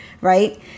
Right